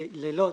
לילות,